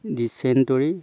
dysentery